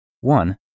One